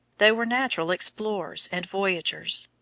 they were natural explorers and voyagers.